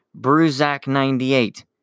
Bruzac98